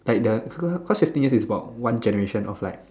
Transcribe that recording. like the cause fifteen years is about one generation of like